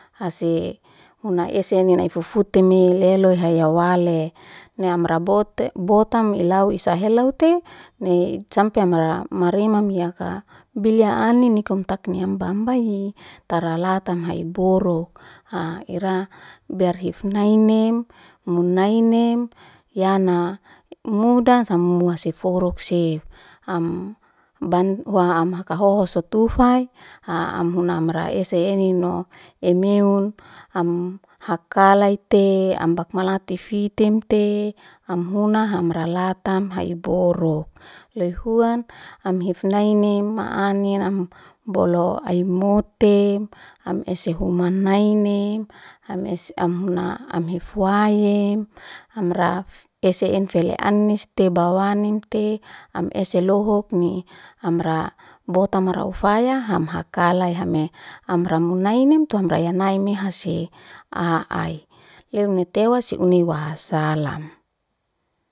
Hase huna ese annin ai fufu te me leloi haya wale na amra bote botam ilau isa helou te nei sampi a mara marim ya ka bilya annin ni komtak niam mbamba i tara la ta tamha'i boro a ira berhifnainim munainem yana muda samua seforok si am ban hua amha kahoho sotufai ha amhuna amra ese ennin no emeun am ha ka lai te ambak malatif fitem te amhuna hamralatan ha'i borok lehuan am hifnainim ma annin am bolo ai motem am ese humma naenem am ese am huna am hefwaim amraf ese'en fele anis te ba wanin te am ese lohok ni amra botama rauf faya ham hakalai ha me amra munainem tu hamra yanaim me hase a ai leu nai tewa si uni wa salam